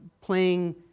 playing